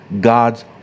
God's